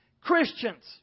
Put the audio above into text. Christians